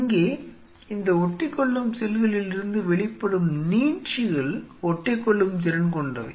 இங்கே இந்த ஒட்டிக்கொள்ளும் செல்களிலிருந்து வெளிப்படும் நீட்சிகள் ஒட்டிக்கொள்ளும் திறன் கொண்டவை